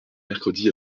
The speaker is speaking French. mercredi